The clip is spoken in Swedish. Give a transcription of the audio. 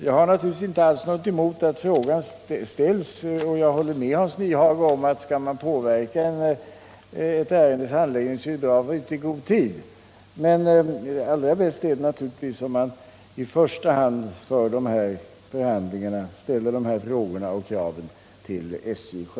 Jag har naturligtvis inte alls någonting emot att frågan ställs, och jag håller också med Hans Nyhage om att ifall man skall påverka ett ärendes handläggning är det bra att vara ute i god tid, men allra bäst är det naturligtvis då om man i första hand för förhandlingarna direkt och ställer frågorna och kraven till SJ.